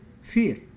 fear